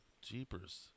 Jeepers